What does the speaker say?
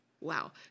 wow